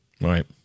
Right